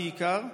בעיקר,